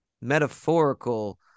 metaphorical